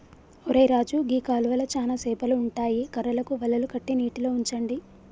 ఒరై రాజు గీ కాలువలో చానా సేపలు ఉంటాయి కర్రలకు వలలు కట్టి నీటిలో ఉంచండి